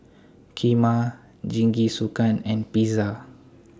Kheema Jingisukan and Pizza